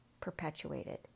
perpetuated